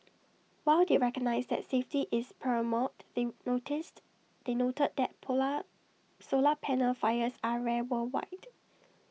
while they recognised that safety is paramount the noticed they noted that polar solar panel fires are rare worldwide